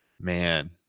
Man